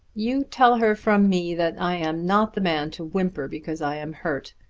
you tell her from me that i am not the man to whimper because i am hurt.